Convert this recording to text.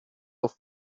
also